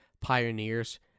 Pioneers